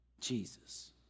Jesus